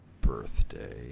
Birthday